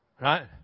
Right